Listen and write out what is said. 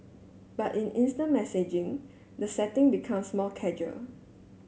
but in instant messaging the setting becomes more casual